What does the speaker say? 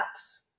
apps